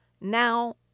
Now